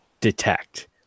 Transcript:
detect